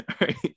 right